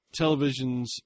televisions